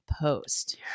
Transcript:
post